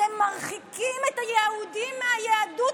אתם מרחיקים את היהודים מהיהדות.